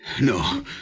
No